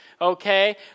okay